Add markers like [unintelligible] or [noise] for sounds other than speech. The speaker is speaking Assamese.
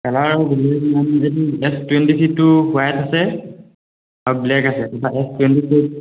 কালাৰ [unintelligible] এছ টুৱেণ্টি থ্ৰীটো হোৱাইট আছে আৰু ব্লেক আছে [unintelligible] এছ টুৱেণ্টি ফ'ৰ